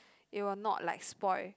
it will not like spoil